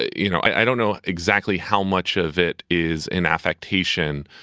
you know, i don't know exactly how much of it is an affectation,